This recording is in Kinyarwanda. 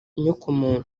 inyokomuntu